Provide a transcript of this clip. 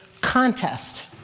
contest